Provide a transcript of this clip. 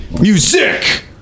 music